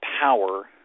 power